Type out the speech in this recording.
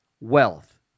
wealth